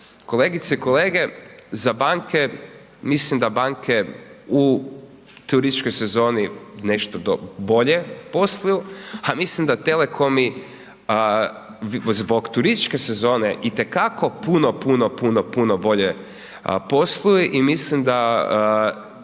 Kolegice i kolege, za banke, mislim da banke u turističkoj sezoni nešto bolje posluju, a mislim da telekomi zbog turističke sezone itekako puno, puno, puno, puno bolje posluju i mislim da